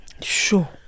Sure